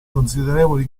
considerevoli